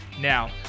Now